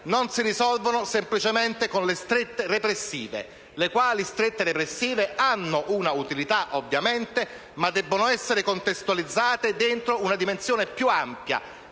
non si risolvono semplicemente con le strette repressive, le quali hanno un'utilità ovviamente, ma devono essere contestualizzate in una dimensione più ampia,